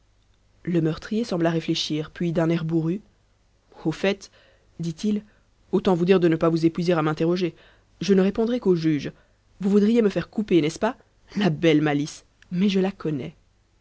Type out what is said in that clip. le meurtrier sembla réfléchir puis d'un air bourru au fait dit-il autant vous dire de ne pas vous épuiser à m'interroger je ne répondrai qu'au juge vous voudriez me faire couper n'est-ce pas la belle malice mais je la connais